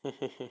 mm